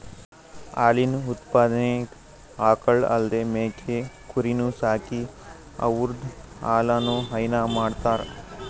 ಹಾಲಿನ್ ಉತ್ಪಾದನೆಗ್ ಆಕಳ್ ಅಲ್ದೇ ಮೇಕೆ ಕುರಿನೂ ಸಾಕಿ ಅವುದ್ರ್ ಹಾಲನು ಹೈನಾ ಮಾಡ್ತರ್